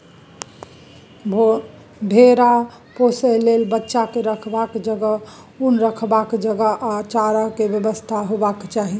भेरा पोसय लेल बच्चाक रखबाक जगह, उन रखबाक जगह आ चाराक बेबस्था हेबाक चाही